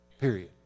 period